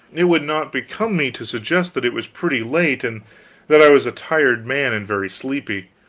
it would not become me to suggest that it was pretty late and that i was a tired man and very sleepy.